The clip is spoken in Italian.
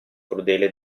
crudele